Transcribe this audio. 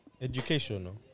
educational